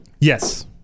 Yes